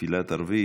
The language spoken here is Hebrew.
תפילת ערבית,